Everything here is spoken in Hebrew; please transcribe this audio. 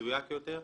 מדויק יותר.